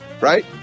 right